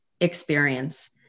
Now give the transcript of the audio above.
experience